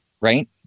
right